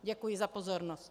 Děkuji za pozornost.